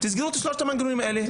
תסגרו את המנגנונים האלה.